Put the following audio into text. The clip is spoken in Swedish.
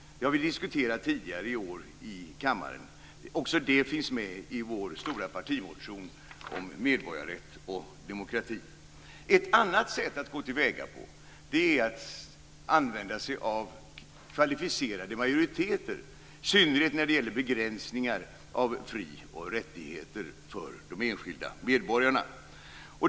Det har vi diskuterat tidigare i år i kammaren. Också det finns med i vår stora partimotion om medborgarrätt och demokrati. Ett annat sätt att gå till väga är att använda sig av kvalificerade majoriteter, i synnerhet när det gäller begränsningar av fri och rättigheter för de enskilda medborgarna.